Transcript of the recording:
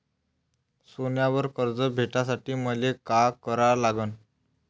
सोन्यावर कर्ज भेटासाठी मले का करा लागन?